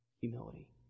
Humility